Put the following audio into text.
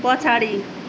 पछाडि